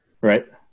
Right